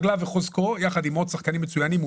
רגליו וחוזקו יחד עם עוד שחקנים מצוינים,